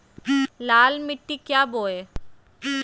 लाल मिट्टी क्या बोए?